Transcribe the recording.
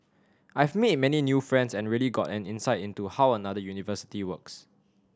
I've made many new friends and really gotten an insight into how another university works